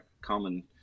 common